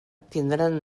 tindran